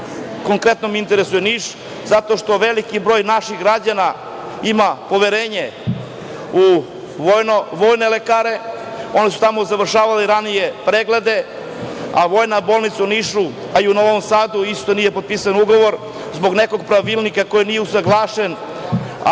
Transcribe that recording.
Konkretno me interesuje Niš, zato što veliki broj naših građana ima poverenje u vojne lekare. Oni su tamo završavali ranije preglede, a vojna bolnica u Nišu, a i u Novom Sadu isto nije potpisan ugovor, zbog nekog pravilnika koji nije usaglašen,